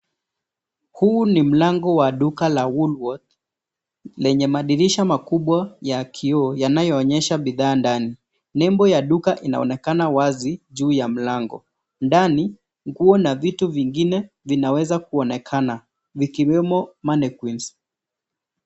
Huu ni mlango wa duka la Woolworth lenye madirisha makubwa ya kioo yanayoonyesha bidhaa ndani. Nembo ya duka inaonekana wazi juu ya mlango. Ndani nguo na vitu vingine vinaweza kuonekana likiwemo Mannequins